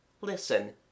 Listen